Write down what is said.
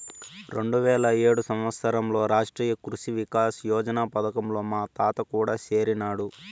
రెండువేల ఏడు సంవత్సరంలో రాష్ట్రీయ కృషి వికాస్ యోజన పథకంలో మా తాత కూడా సేరినాడు